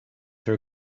her